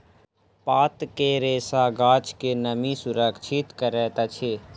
पात के रेशा गाछ के नमी सुरक्षित करैत अछि